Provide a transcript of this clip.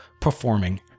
performing